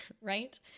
right